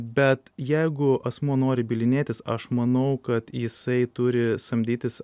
bet jeigu asmuo nori bylinėtis aš manau kad jisai turi samdytis